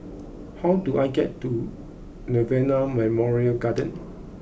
how do I get to Nirvana Memorial Garden